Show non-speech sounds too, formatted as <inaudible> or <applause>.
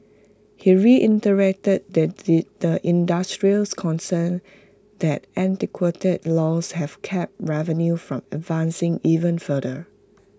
he reiterated <unintelligible> the industry's concerns that antiquated laws have capped revenue from advancing even further